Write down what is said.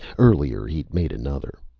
earlier, he'd made another.